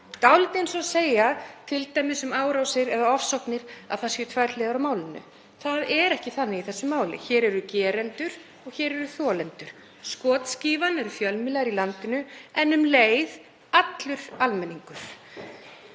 dálítið eins og að segja t.d. um árásir eða ofsóknir að það séu tvær hliðar á málinu. Það er ekki þannig í þessu máli. Hér eru gerendur og hér eru þolendur. Skotskífan er fjölmiðlar í landinu en um leið allur almenningur.